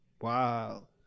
Wow